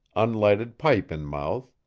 unlighted pipe in mouth,